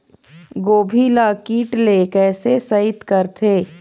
गोभी ल कीट ले कैसे सइत करथे?